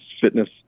fitness